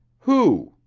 who?